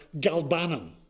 Galbanum